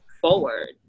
forward